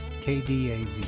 KDAZ